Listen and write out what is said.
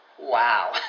Wow